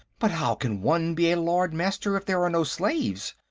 but how can one be a lord-master if there are no slaves?